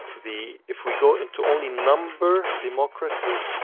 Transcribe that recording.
the, if we go into only number, democracy,